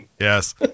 Yes